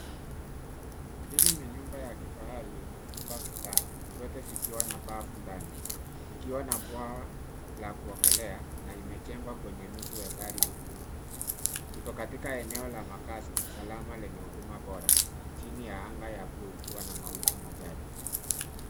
Hili ni nyumba ya kifahali yenye vyumba vitano, vyote vikiwa na bafu ndani ikiwa na bwawa la kuogelea na imejengwa kwenye nusu ekari huku. Iko katika eneo la makazi salama lenye huduma bora chini ya anga ya bluu ikiwa na mawingu machache.